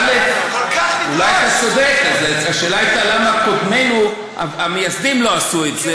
באמת, 68 שנים המדינה לא חוקקה את החוק הזה.